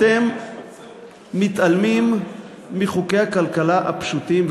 אתם מתעלמים מחוקי הכלכלה הפשוטים,